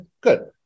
good